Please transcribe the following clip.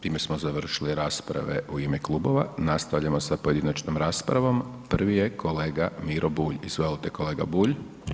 Time smo završili rasprave u ime klubova, nastavljamo sa pojedinačnom raspravom, prvi je kolega Miro Bulj, izvolite kolega Bulj.